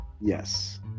Yes